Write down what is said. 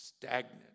Stagnant